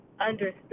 understood